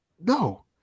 no